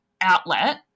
outlet